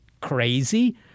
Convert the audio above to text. crazy